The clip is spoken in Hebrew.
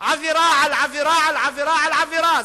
עבירה על עבירה על עבירה על עבירה.